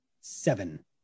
seven